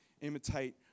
imitate